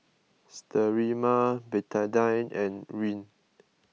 Sterimar Betadine and Rene